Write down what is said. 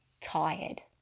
tired